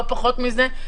לא פחות מזה.